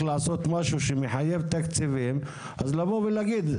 לעשות משהו שמחייב תקציבים אז לבוא ולהגיד,